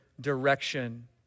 direction